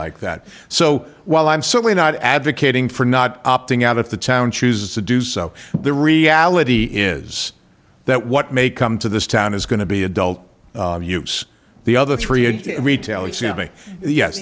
like that so while i'm certainly not advocating for not opting out of the town chooses to do so the reality is that what may come to this town is going to be adult use the other three in retail and sammy yes